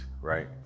Right